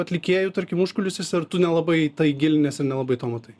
atlikėjų tarkim užkulisiuose ar tu nelabai į tai giliniesi ir nelabai to matai